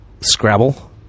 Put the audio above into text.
Scrabble